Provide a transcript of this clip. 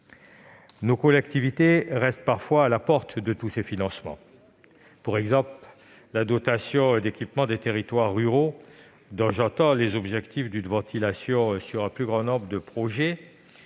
Nos collectivités restent parfois à la porte de tous ces financements. Je pense notamment à la dotation d'équipement des territoires ruraux (DETR), dont j'entends les objectifs d'une ventilation sur un plus grand nombre de projets.